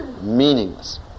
meaningless